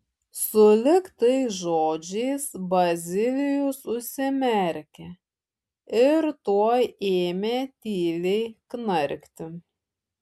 sulig tais žodžiais bazilijus užsimerkė ir tuoj ėmė tyliai knarkti